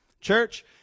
Church